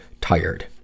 tired